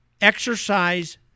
exercise